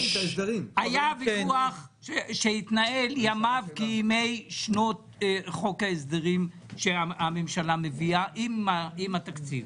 היה ויכוח שימיו כימי שנות חוק ההסדרים שהממשלה מביאה עם התקציב.